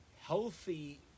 healthy